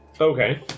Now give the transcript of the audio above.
Okay